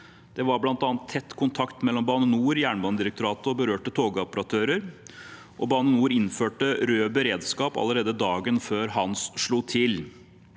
Det var bl.a. tett kontakt mellom Bane NOR, Jernbanedirektoratet og berørte togoperatører. Bane NOR innførte rød beredskap allerede dagen før «Hans» slo til,